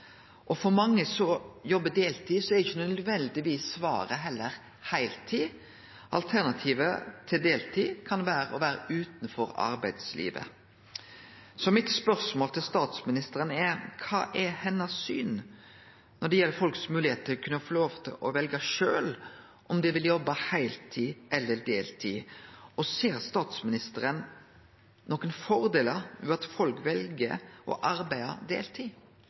og for funksjonshemma. For mange som jobbar deltid, er ikkje nødvendigvis svaret heller heiltid. Alternativet til deltid kan vere å vere utanfor arbeidslivet. Så mitt spørsmål til statsministeren er: Kva er hennar syn når det gjeld folks moglegheiter til å kunne få lov til å velje sjølve om dei vil jobbe heiltid eller deltid, og ser statsministeren nokre fordelar ved at folk vel å arbeide deltid?